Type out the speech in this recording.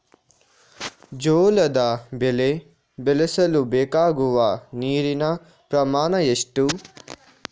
ಜೋಳದ ಬೆಳೆ ಬೆಳೆಸಲು ಬೇಕಾಗುವ ನೀರಿನ ಪ್ರಮಾಣ ಎಷ್ಟು?